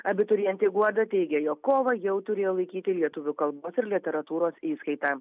abiturientė guoda teigė jog kovą jau turėjo laikyti lietuvių kalbos ir literatūros įskaitą